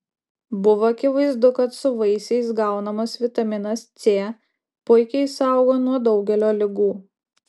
buvo akivaizdu kad su vaisiais gaunamas vitaminas c puikiai saugo nuo daugelio ligų